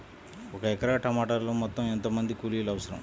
ఒక ఎకరా టమాటలో మొత్తం ఎంత మంది కూలీలు అవసరం?